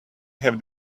have